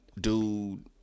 dude